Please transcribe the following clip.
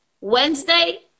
Wednesday